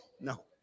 No